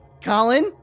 Colin